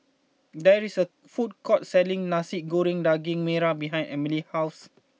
there is a food court selling Nasi Goreng Daging Merah behind Emilie's house